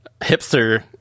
hipster